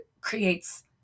creates